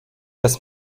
das